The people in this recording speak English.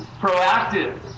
proactive